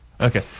Okay